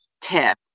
tip